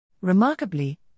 Remarkably